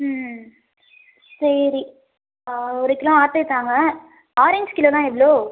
ம்ம் சரி ஒரு kilo apple தாங்க ஆரஞ்சு கிலோலாம் எவ்வளோ